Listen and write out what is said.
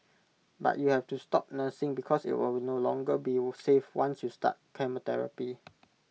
but you have to stop nursing because IT will no longer be safe once you start chemotherapy